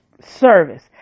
service